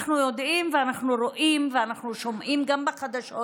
אנחנו יודעים ואנחנו רואים ואנחנו שומעים גם בחדשות